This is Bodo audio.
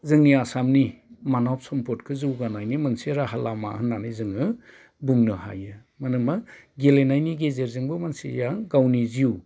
जोंनि आसामनि मानब समफ्दनि जौगानायनि मोनसे राहा लामा होननानै जोङो बुंनो हायो गेलेनायनि गेजेरजोंबो मानसिया गावनि जिउ